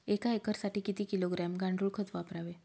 एक एकरसाठी किती किलोग्रॅम गांडूळ खत वापरावे?